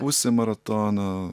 pusė maratono